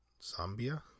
Zambia